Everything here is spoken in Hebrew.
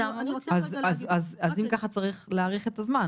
אז אם ככה צריך להאריך את הזמן.